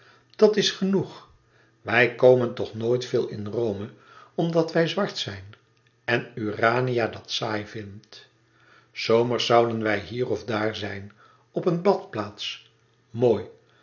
dat is genoeg wij komen toch nooit veel in rome omdat wij zwart zijn en urania dat saai vindt s zomers zouden wij hier of daar zijn op een badplaats mooi